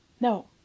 No